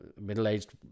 middle-aged